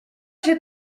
się